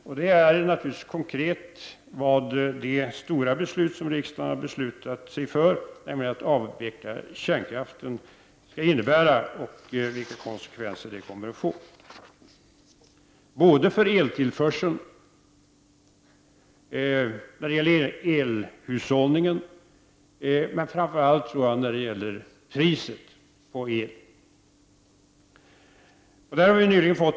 Och de gäller naturligtvis konkret vad det stora beslut som riksdagen har fattat om att avveckla kärnkraften kommer att innebära och vilka konsekvenser det kommer att få både när det gäller eltillförseln, elhushållningen men framför allt, tror jag, när det gäller priset på el.